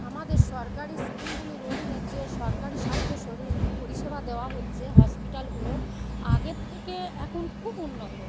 আমাদের সরকারি স্কিমগুলির অধীনে যে সরকারি স্বাস্থ্য শরীর পরিষেবা দেওয়া হচ্ছে হসপিটালগুলোর আগের থেকে এখন খুব উন্নত